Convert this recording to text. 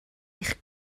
eich